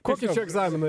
kokį čia egzaminą